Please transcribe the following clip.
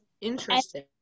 interesting